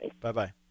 bye-bye